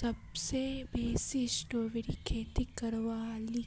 सबसे बेसी स्ट्रॉबेरीर खेती करयालकी